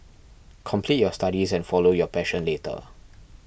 complete your studies and follow your passion later